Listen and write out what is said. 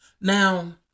Now